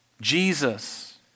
Jesus